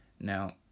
now